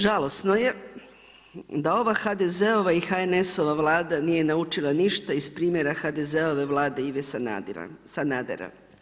Žalosno je da ova HDZ-ova i HNS-ova Vlada nije naučila ništa iz primjera HDZ-ove Vlade Ive Sanadera.